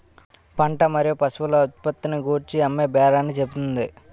పంట మరియు పశువుల ఉత్పత్తిని గూర్చి అమ్మేబేరాన్ని చెబుతుంది